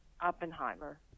Oppenheimer